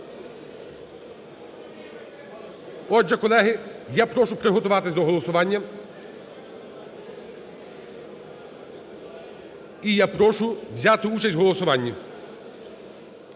Отже, колеги, я прошу приготуватися до голосування і я прошу взяти участь у голосуванні.